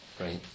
Right